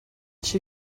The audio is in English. she